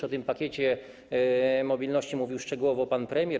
O tym pakiecie mobilności mówił szczegółowo pan premier.